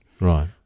Right